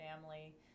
family